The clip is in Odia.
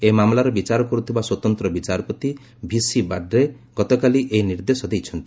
ଏହି ମାମଲାର ବିଚାର କରୁଥିବା ସ୍ପତନ୍ତ୍ର ବିଚାରପତି ଭିସି ବାର୍ଦେ ଗତକାଲି ଏହି ନିର୍ଦ୍ଦେଶ ଦେଇଛନ୍ତି